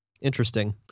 Interesting